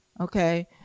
okay